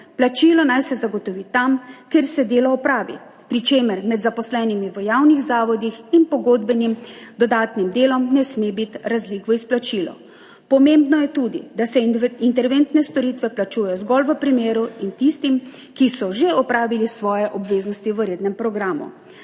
Plačilo naj se zagotovi tam, kjer se delo opravi, pri čemer med zaposlenimi v javnih zavodih in pogodbenim dodatnim delom ne sme biti razlik v izplačilu. Pomembno je tudi, da se interventne storitve plačujejo zgolj v primeru in tistim, ki so že opravili svoje obveznosti v rednem programu.